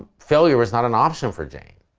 failure was not an option for jane.